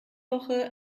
woche